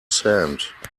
sand